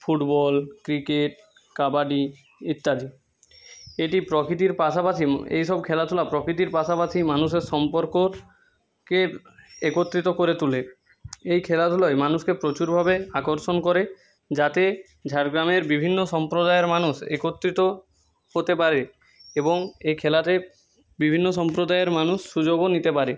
football cricket kabaddi ইত্যাদি এটি প্রকৃতির পাশাপাশি এইসব খেলাধুলা প্রকৃতির পাশাপাশি মানুষের সম্পর্ককে একত্রিত করে তোলে এই খেলাধুলোয় মানুষকে প্রচুরভাবে আকর্ষণ করে যাতে ঝাড়গ্রামের বিভিন্ন সম্প্রদায়ের মানুষ একত্রিত হতে পারে এবং এ খেলাতে বিভিন্ন সম্প্রদায়ের মানুষ সুযোগও নিতে পারে